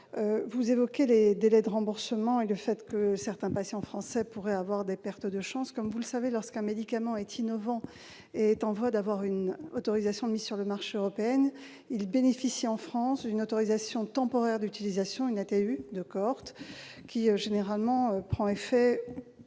le sénateur, les délais de remboursement et le fait que certains patients français pourraient subir des pertes de chance. Comme vous le savez, lorsqu'un médicament est innovant et en voie d'obtenir une autorisation européenne de mise sur le marché, il bénéficie en France d'une autorisation temporaire d'utilisation, une ATU, de cohorte, qui prend généralement effet